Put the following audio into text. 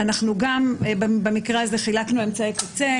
אנחנו גם במקרה הזה חילקנו אמצעי קצה,